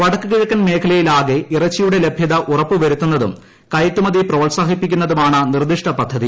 വടക്ക് കിഴക്കൻ മേഖലയിലാകെ ഇറച്ചിയുടെ ലഭ്യത ഉറപ്പുവരുത്തുന്നതും കയറ്റുമതി പ്രോത്സാഹിപ്പിക്കുന്നതുമാണ് നിർദ്ദിഷ്ട പദ്ധതി